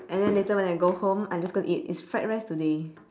and then later when I go home I'm just gonna eat it's fried rice today